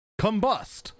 combust